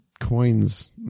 coins